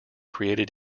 created